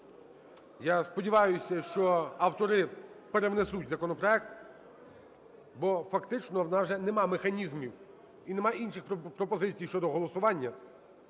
Я сподіваюся, що автори перевнесуть законопроект, бо фактично у нас вже немає механізмів і немає інших пропозицій щодо голосування.